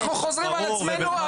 אנחנו חוזרים על עצמנו.